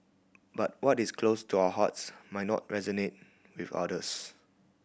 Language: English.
but what is close to our hearts might not resonate with others